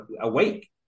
awake